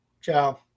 Ciao